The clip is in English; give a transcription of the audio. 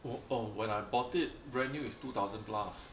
oh oh when I bought it brand new is two thousand plus